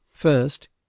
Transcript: first